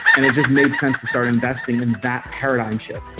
and it just made sense to start investing in that paradigm shift.